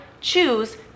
choose